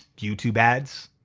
youtube ads,